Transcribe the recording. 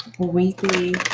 Weekly